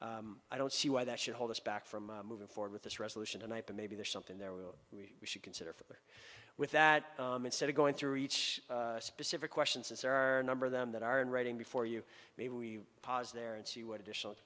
later i don't see why that should hold us back from moving forward with this resolution tonight but maybe there's something there will we should consider with that instead of going through each specific question since there are a number of them that are in writing before you may we pause there and see what additional